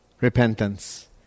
repentance